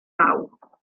bawb